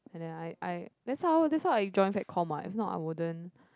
and then I I that's how that's how I join comm what if not I wouldn't